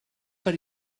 per